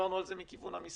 ודיברנו על זה מכיוון המסעדות.